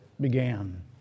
began